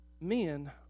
men